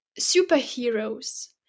superheroes